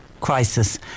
crisis